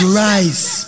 rise